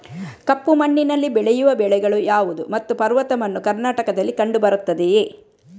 ಕಪ್ಪು ಮಣ್ಣಿನಲ್ಲಿ ಬೆಳೆಯುವ ಬೆಳೆಗಳು ಯಾವುದು ಮತ್ತು ಪರ್ವತ ಮಣ್ಣು ಕರ್ನಾಟಕದಲ್ಲಿ ಕಂಡುಬರುತ್ತದೆಯೇ?